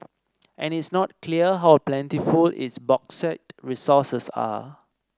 and it's not clear how plentiful its bauxite resources are